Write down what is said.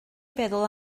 feddwl